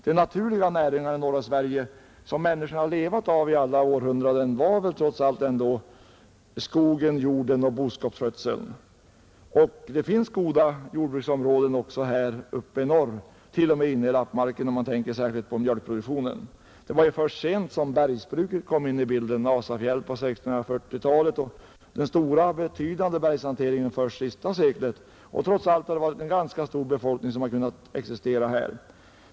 De naturliga näringarna i norra Sverige, som människorna levde av under alla århundraden, var trots allt skogsbruk, jordbruk och boskapsskötsel. Det finns goda jordbruksområden också uppe i norr — t.o.m. inne i lappmarkerna, om man tänker på mjölkproduktionen. Det var först sent som bergsbruket kom in i bilden — Nasafjäll på 1640-talet och den stora, betydande bergshanteringen först under det senaste seklet. Trots allt har en ganska stor befolkning kunnat existera här.